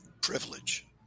privilege